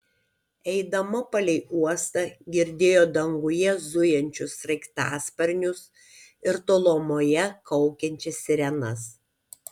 eidama palei uostą girdėjo danguje zujančius sraigtasparnius ir tolumoje kaukiančias sirenas